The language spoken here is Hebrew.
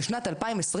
בשנת 2022